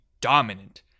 dominant